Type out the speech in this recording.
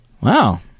wow